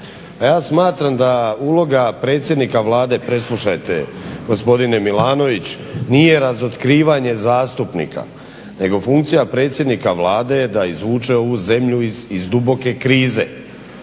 ja smatram da uloga predsjednika Vlade, preslušajte gospodine Milanović, nije razotkrivanje zastupnika nego funkcija predsjednika Vlade je da izvuče ovu zemlju iz duboke krize